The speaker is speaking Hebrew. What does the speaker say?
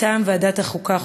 מטעם ועדת החוקה,